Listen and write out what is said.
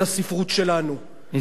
ניצן, סכם, משפט אחרון בבקשה.